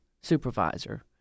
supervisor—